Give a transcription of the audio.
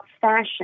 fashion